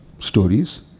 stories